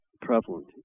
prevalent